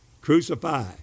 crucify